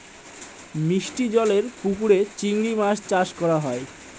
মিষ্টি জলেরর পুকুরে চিংড়ি মাছ চাষ করা হয়